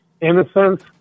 innocence